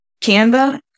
Canva